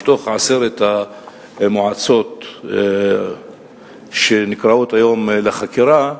מתוך עשר המועצות שנקראות היום לחקירה,